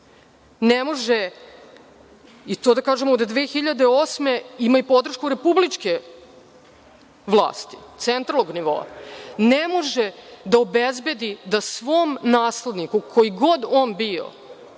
ne može, i to da kažem od 2008. godine ima i podršku republičke vlasti, centralnog nivoa, ne može da obezbedi da svom nasledniku, ko god on bio,